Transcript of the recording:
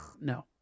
No